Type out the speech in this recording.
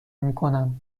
میکنم